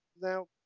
now